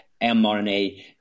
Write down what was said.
mRNA